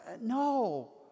No